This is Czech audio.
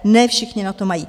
Ne všichni na to mají.